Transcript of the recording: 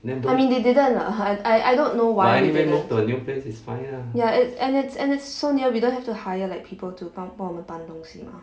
I mean they didn't lah I I don't know why ya it's and it's and it's so near we don't have to hire like people to 帮帮我们搬东西吗